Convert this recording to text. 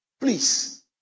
Please